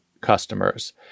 customers